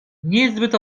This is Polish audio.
niezbyt